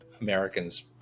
americans